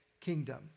kingdom